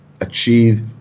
achieve